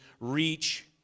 reach